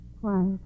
Quiet